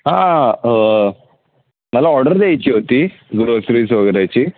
हां मला ऑर्डर द्यायची होती ग्रोसरीज वगैरेची